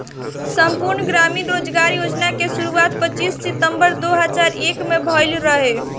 संपूर्ण ग्रामीण रोजगार योजना के शुरुआत पच्चीस सितंबर दो हज़ार एक में भइल रहे